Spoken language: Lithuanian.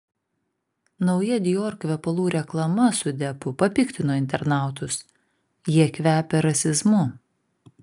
nauja dior kvepalų reklama su deppu papiktino internautus jie kvepia rasizmu